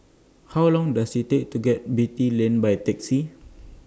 How Long Does IT Take to get Beatty Lane By Taxi